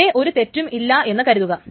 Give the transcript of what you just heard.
അവിടെ ഒരു തെറ്റും ഇല്ലാ എന്നു കരുതുക